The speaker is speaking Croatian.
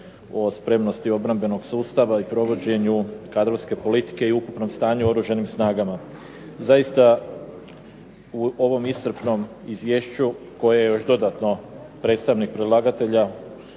o spremnosti obrambenog sustava i provođenju kadrovske politike i ukupnom stanju u oružanim snagama. Zaista u ovom iscrpnom izvješću koje je još dodatno predstavnik predlagatelja